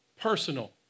personal